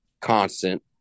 constant